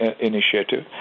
initiative